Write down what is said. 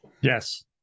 yes